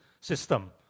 system